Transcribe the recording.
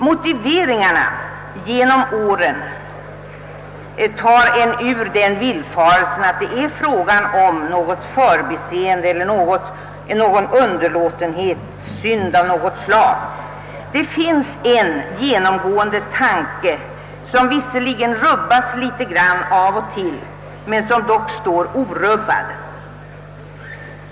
Motiveringarna genom åren tar en ur den villfarelsen, att det är fråga om något förbiseende eller någon underlåtenhetssynd. Det finns en genomgående tanke, som visserligen ruckas litet grand av och till men som dock står orubbad.